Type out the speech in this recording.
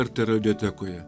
lrt rodiotekoje